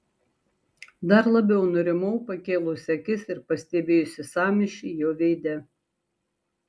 dar labiau nurimau pakėlusi akis ir pastebėjusi sąmyšį jo veide